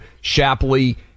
Shapley